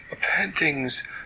paintings